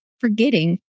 forgetting